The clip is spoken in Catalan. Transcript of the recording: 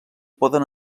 poden